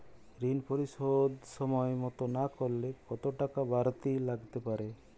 ঋন পরিশোধ সময় মতো না করলে কতো টাকা বারতি লাগতে পারে?